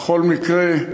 בכל מקרה,